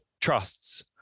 trusts